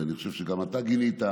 ואני חושב שגם אתה גינית,